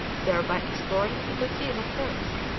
thereby exploring a good deal of coast,